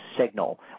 signal